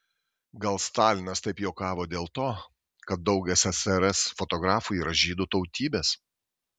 gal stalinas taip juokavo dėl to kad daug ssrs fotografų yra žydų tautybės